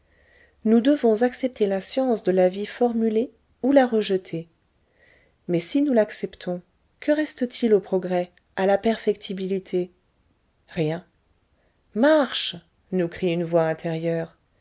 nous devons accepter la science de la vie formulée ou la rejeter mais si nous l'acceptons que reste-t-il au progrès à la perfectibilité rien marche nous crie une voix intérieure